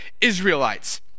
Israelites